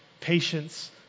Patience